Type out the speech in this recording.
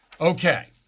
Okay